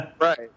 Right